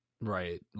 Right